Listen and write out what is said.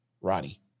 Roddy